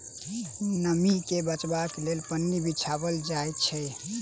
नमीं के बचयबाक लेल पन्नी बिछाओल जाइत छै